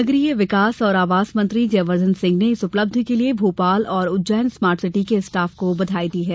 नगरीय विकास और आवास मंत्री जयवर्द्वन सिंह ने इस उपलब्धि के लिए भोपाल और उज्जैन स्मार्ट सिटी के स्टॉफ को बधाई दी है